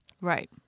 Right